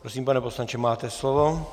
Prosím, pane poslanče, máte slovo.